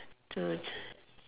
the